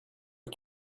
que